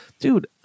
Dude